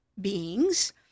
beings